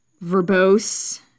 verbose